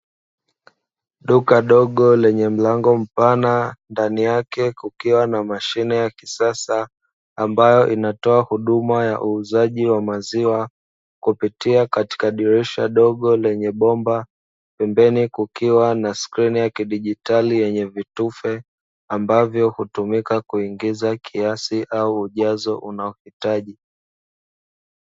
Duka dogo lenye mlango mpana ndani yake kukiwa na mashine ya kisasa ambayo inatoa huduma ya uuzaji wa maziwa, kupitia katika dirisha dogo lenye bomba, pembeni kukiwa na skrini ya kidigitali yenye vitufe, ambavyo hutumika kuingiza kiasi au ujazo unaohitaji.